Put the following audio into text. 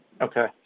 Okay